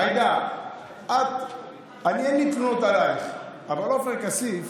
עאידה, אין לי תלונות אלייך, אבל עופר כסיף,